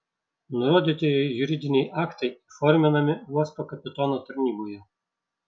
nurodytieji juridiniai aktai įforminami uosto kapitono tarnyboje